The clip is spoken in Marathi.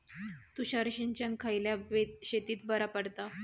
तुषार सिंचन खयल्या शेतीक बरा पडता?